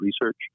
research